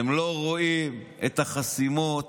הם לא רואים את החסימות,